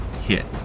hit